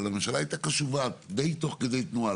הממשלה הייתה קשובה תוך כדי תנועה.